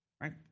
Right